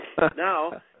Now